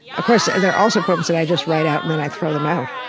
ah course, and there are also poems that i just write out and then i throw them out.